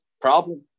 Problem